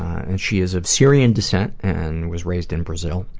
and she is of syrian descent and was raised in brazil.